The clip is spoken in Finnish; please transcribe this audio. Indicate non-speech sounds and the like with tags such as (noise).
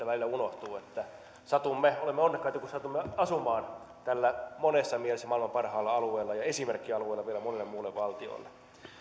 (unintelligible) välillä unohtuu että satumme olemaan onnekkaita kun satumme asumaan tällä monessa mielessä maailman parhaalla alueella joka on esimerkkialue vielä monelle muulle valtiolle